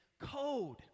code